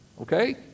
Okay